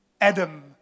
Adam